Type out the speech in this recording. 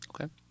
Okay